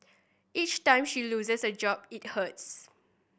each time she loses a job it hurts